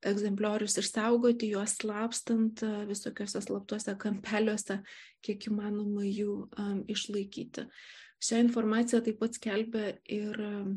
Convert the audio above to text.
egzempliorius išsaugoti juos slapstant visokiose slaptuose kampeliuose kiek įmanoma jų išlaikyti šią informaciją taip pat skelbia ir